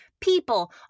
people